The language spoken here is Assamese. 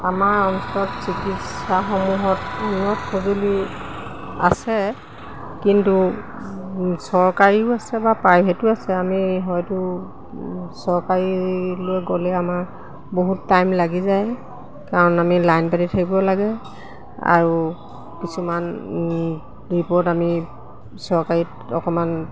আমাৰ অঞ্চলত চিকিৎসাসমূহত উন্নত সঁজুলি আছে কিন্তু চৰকাৰীও আছে বাৰু প্ৰাইভেটো আছে আমি হয়তো চৰকাৰীলৈ গ'লে আমাৰ বহুত টাইম লাগি যায় কাৰণ আমি লাইন পাতি থাকিব লাগে আৰু কিছুমান ৰিপৰ্ট আমি চৰকাৰীত অকণমান